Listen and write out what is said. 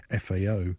FAO